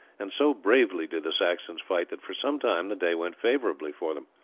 and so bravely did the saxons fight that for some time the day went favourably for them.